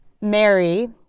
Mary